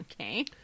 Okay